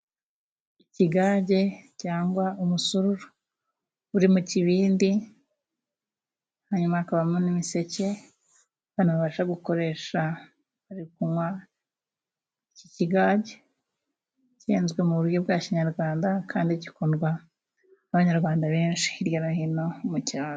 Ikigage cyangwa umusururu. Uri mu kibindi hanyuma hakabamo n'imiseke abantu babasha gukoresha bari kunywa. Ikigage cyenzwe mu buryo bwa kinyarwanda kandi gikundwa n'Abanyarwanda benshi hirya no hino mu cyaro.